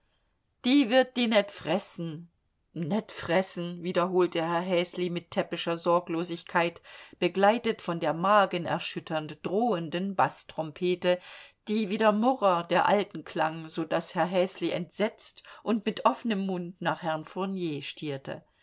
die wird di net fressen net fressen wiederholte herr häsli mit täppischer sorglosigkeit begleitet von der magenerschütternd drohenden baßtrompete die wie der murrer der alten klang so daß herr häsli entsetzt und mit offenem mund nach herrn fournier stierte